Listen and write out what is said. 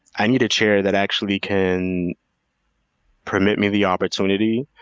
i need a chair that actually can permit me the opportunity